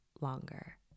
longer